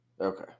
Okay